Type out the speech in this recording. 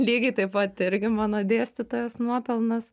lygiai taip pat irgi mano dėstytojos nuopelnas